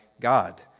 God